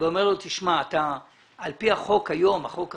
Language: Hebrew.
ואומר לו, תשמע, על פי החוק היום, החוק החדש,